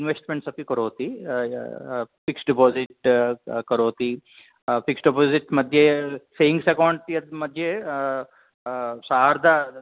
investments अपि करोति fixed deposit करोति फ़िक्स्ड् डेपोज़िट् मध्ये सेविङ्ग्स् अकौण्ट् यत्मध्ये सार्ध